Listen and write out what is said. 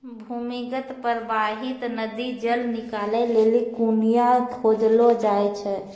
भूमीगत परबाहित नदी जल निकालै लेलि कुण्यां खोदलो जाय छै